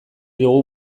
dugu